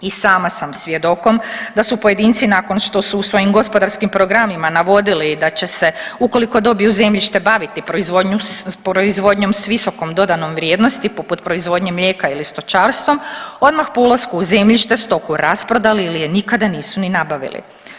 I sama sam svjedokom da su pojedinci nakon što su u svojim gospodarskim programima navodili da će se ukoliko dobiju zemljište baviti proizvodnjom s visokom dodanom vrijednosti poput proizvodnje mlijeka ili stočarstvom, odmah po ulasku u zemljište stoku rasprodali ili je nikad nisu ni nabavili.